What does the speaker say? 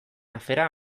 afera